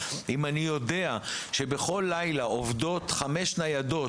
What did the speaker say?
אם אני יודע שבכל לילה עובדות חמש ניידות,